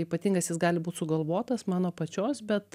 ypatingas jis gali būt sugalvotas mano pačios bet